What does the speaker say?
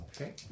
Okay